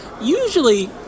usually